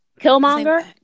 Killmonger